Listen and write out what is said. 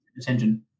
attention